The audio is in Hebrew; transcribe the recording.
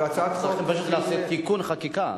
לא, רק צריכים פשוט לעשות תיקון חקיקה.